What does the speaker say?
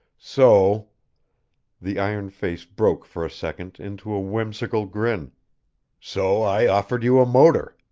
so the iron face broke for a second into a whimsical grin so i offered you a motor.